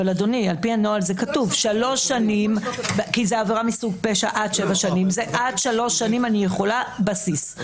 זה כתוב: עד שלוש שנים זה הבסיס,